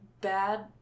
bad